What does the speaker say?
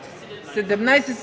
17.